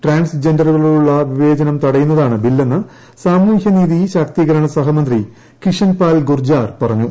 trans ജെൻഡറുകളോടുള്ള വിവേചനം തടയുന്നതാണ് ബില്ലെന്ന് സാമൂഹ്യനീതി ശാക്തീകരണ സഹമന്ത്രി കിഷൻപാൽ ഗൂർജാർ പറഞ്ഞു